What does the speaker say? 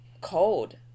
cold